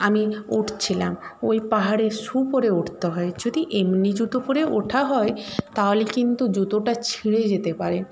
আমি উঠছিলাম ওই পাহাড়ে শ্যু পরে উঠতে হয় যদি এমনি জুতো পরে ওঠা হয় তাহলে কিন্তু জুতোটা ছিঁড়ে যেতে পারে